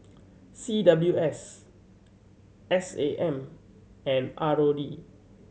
C W S S A M and R O D